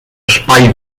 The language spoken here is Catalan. espai